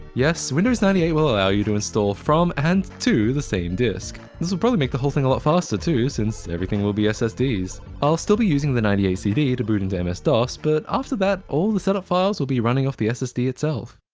yes, windows ninety eight will allow you to install from and to the same disk. this will probably make the whole thing a lot faster too since everything will be ssds. i'll still be using the ninety eight cd to boot into um ms-dos, so but after that, all the setup files will be running off the ssd itself.